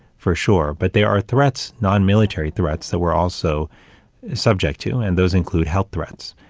for sure, but there are threats, non-military threats, that we're also subject to, and those include health threats.